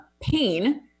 pain